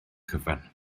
cyfan